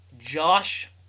Josh